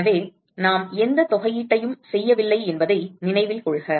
எனவே நாம் எந்த தொகையீட்டையும் செய்யவில்லை என்பதை நினைவில் கொள்க